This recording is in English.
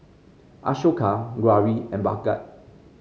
Ashoka Gauri and Bhagat